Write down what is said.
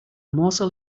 morsel